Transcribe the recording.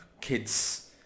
kids